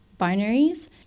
binaries